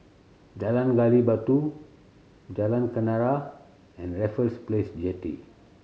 Jalan Gali Batu Jalan Kenarah and Raffles Place Jetty